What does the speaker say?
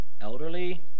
elderly